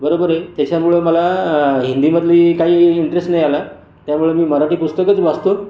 बरोबर आहे त्याच्यामुळे मला हिंदीमधली काही इंटरेस्ट नाही आला त्यामुळे मी मराठी पुस्तकंच वाचतो